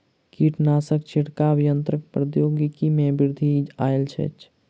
कीटनाशक छिड़काव यन्त्रक प्रौद्योगिकी में वृद्धि आयल अछि